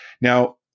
Now